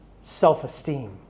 self-esteem